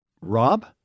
Rob